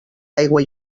aigua